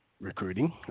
recruiting